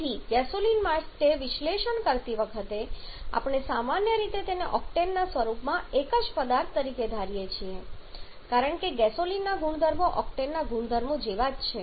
તેથી ગેસોલિન માટે વિશ્લેષણ કરતી વખતે આપણે સામાન્ય રીતે તેને ઓક્ટેનના સ્વરૂપમાં એક જ પદાર્થ તરીકે ધારીએ છીએ કારણ કે ગેસોલિનના ગુણધર્મો ઓક્ટેનના ગુણધર્મો જેવા જ છે